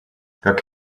как